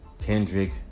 Kendrick